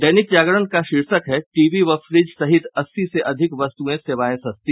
दैनिक जागरण का शीर्षक है टीवी व फ्रिज सहित अस्सी से अधिक वस्तु सेवायें सस्ती